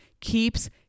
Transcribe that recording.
keeps